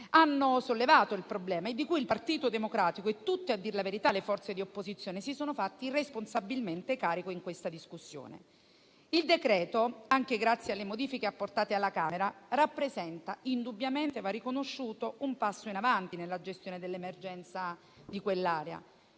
hanno sollevato il problema e di cui il Partito Democratico e tutte, a dir la verità, le forze di opposizione si sono fatti responsabilmente carico in questa discussione. Il decreto-legge, anche grazie alle modifiche apportate alla Camera, rappresenta indubbiamente un passo in avanti nella gestione dell'emergenza di quell'area.